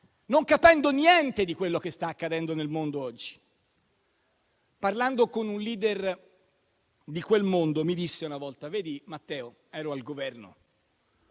non capendo niente di quello che sta accadendo nel mondo oggi. Un *leader* di quel mondo mi disse una volta, quando ero al Governo: